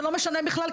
זה לא משנה בכלל,